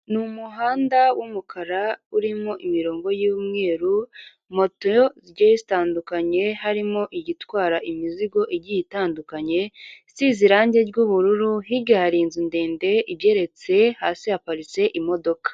Ni umuhanda w'umukara urimo imirongo y'umweru, moto zigiye zitandukanye harimo igitwara imizigo igiye itandukanye isize irangi ry'ubururu, hirya hari inzu ndende igeretse, hasi haparitse imodoka.